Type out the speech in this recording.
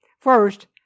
First